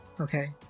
Okay